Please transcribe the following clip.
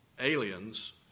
aliens